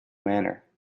manner